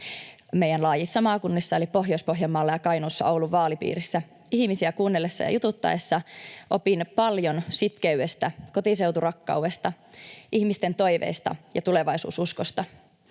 Meidän laajoissa maakunnissamme eli Pohjois-Pohjanmaalla ja Kainuussa Oulun vaalipiirissä ihmisiä kuunnellessa ja jututtaessa opin paljon sitkeydestä, kotiseuturakkaudesta, ihmisten toiveista ja tulevaisuususkosta.